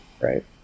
right